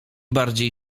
bardziej